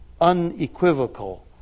unequivocal